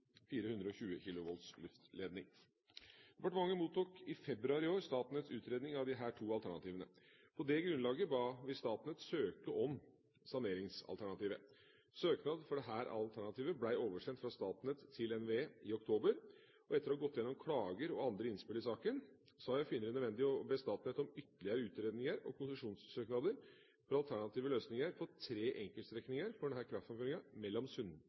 420 kV-luftledning. Departementet mottok i februar i år Statnetts utredning av disse to alternativene. På det grunnlaget ba vi Statnett søke om saneringsalternativet. Søknad for dette alternativet ble oversendt fra Statnett til NVE i oktober. Etter å ha gått igjennom klager og andre innspill i saken har jeg funnet det nødvendig å be Statnett om ytterligere utredninger og konsesjonssøknader for alternative løsninger på tre enkeltstrekninger for denne kraftframføringa mellom